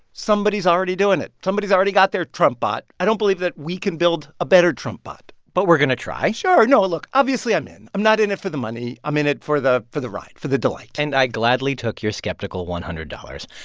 somebody's already doing it. somebody's already got their trump bot. i don't believe that we can build a better trump bot but we're going to try sure. no, look obviously, i'm in. i'm not in it for the money. i'm in it for the for the ride, for the delight and i gladly took your skeptical one hundred dollars.